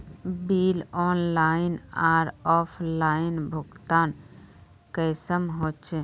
Bill online आर offline भुगतान कुंसम होचे?